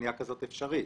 פנייה כזאת אפשרית,